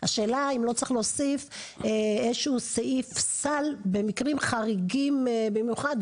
השאלה אם לא צריך להוסיף איזשהו סעיף סל במקרים חריגים במיוחד,